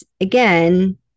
again